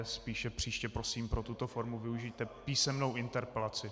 Spíše příště prosím, pro tuto formu využijte písemnou interpelaci.